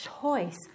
choice